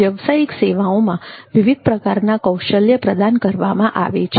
વ્યવસાયિક સેવાઓમાં વિવિધ પ્રકારના કૌશલ્ય પ્રદાન કરવામાં આવે છે